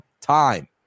time